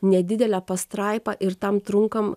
nedidelę pastraipą ir tam trunkam